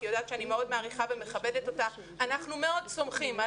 היא יודעת שאני מאוד מעריכה ומכבדת אותה כי אנחנו מאוד סומכים על